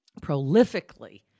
prolifically